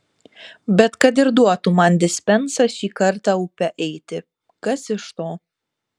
bet kad ir duotų man dispensą šį kartą upe eiti kas iš to